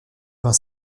vingt